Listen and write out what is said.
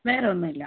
വേറെ ഒന്നുമില്ല